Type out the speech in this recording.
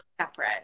separate